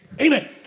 Amen